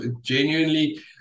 Genuinely